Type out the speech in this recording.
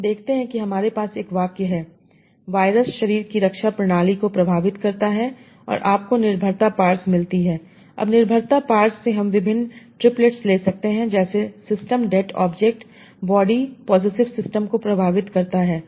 तो हम देखते हैं कि हमारे पास एक वाक्य है वायरस शरीर की रक्षा प्रणाली को प्रभावित करता है और आपको निर्भरता पार्स मिलती है अब निर्भरता पार्स से हम विभिन्न ट्रिप्लेट्स ले सकते हैं जैसे system det object body possessive system को प्रभावित करता है